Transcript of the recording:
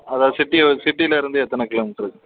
அதாவது சிட்டியில சிட்டிலேருந்து எத்தனை கிலோமீட்ரு